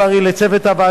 לצוות הוועדה,